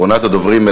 אחרונת הדוברים,